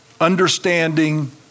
understanding